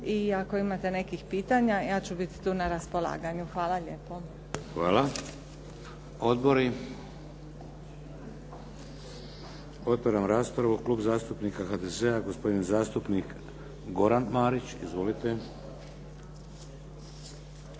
I ako imate nekih pitanja, ja ću biti tu na raspolaganju. Hvala lijepo. **Šeks, Vladimir (HDZ)** Hvala. Odbori? Otvaram raspravu. Klub zastupnika HDZ-a gospodin zastupnik Goran Marić. Izvolite.